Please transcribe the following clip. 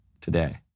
today